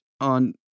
On